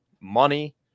money